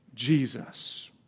Jesus